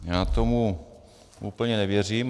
Já tomu úplně nevěřím.